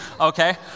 okay